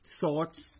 thoughts